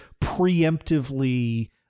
preemptively